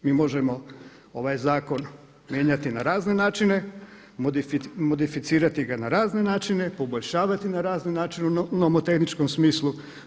Mi možemo ovaj zakon mijenjati na razne načine, modificirati ga na razne načine, poboljšavati na razne načine u nomotehničkom smislu.